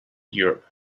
europe